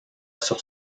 sur